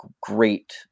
great